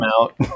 out